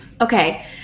okay